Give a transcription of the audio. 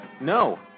No